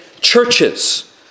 churches